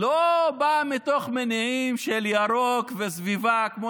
זה לא בא מתוך מניעים של ירוק וסביבה כמו